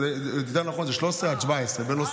יותר נכון זה 13 17. אה.